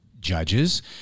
judges